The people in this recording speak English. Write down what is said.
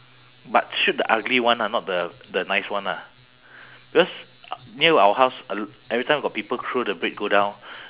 but shoot the ugly one ah not the the nice one ah because near our house a l~ every time got people throw the bread go down